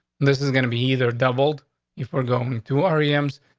this is gonna be either doubled if we're going to ari ems,